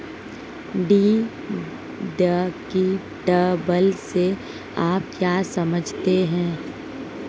Deductible से आप क्या समझते हैं?